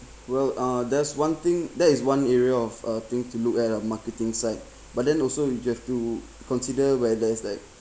well uh that's one thing that is one area of a thing to look at a marketing side but then also you just do consider whether is like